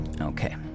Okay